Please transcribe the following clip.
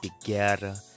together